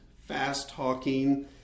fast-talking